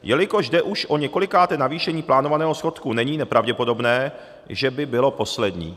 Jelikož jde už o několikáté navýšení plánovaného schodku, není nepravděpodobné, že by bylo poslední.